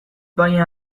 baina